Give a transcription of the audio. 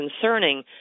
concerning